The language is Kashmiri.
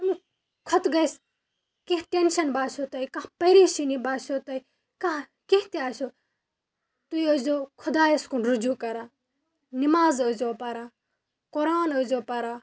أمۍ کھۄتہٕ گژھِ کیٚنہہ ٹٮ۪نشَن باسیو تۄہہِ کانٛہہ پریشٲنی باسیو تۄہہِ کانٛہہ کیٚنہہ تہِ آسیو تُہۍ ٲسۍزیو خۄدایَس کُن رجوٗع کران نِماز ٲسۍزیو پران قرآن ٲسۍزیو پران